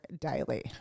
daily